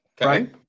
Right